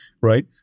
right